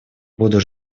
буду